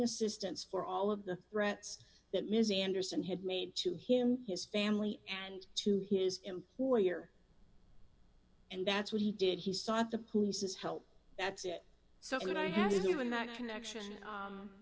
assistance for all of the threats that ms anderson had made to him his family and to his employer and that's what he did he sought the police's help that's it so that i had to do in that connection